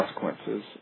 consequences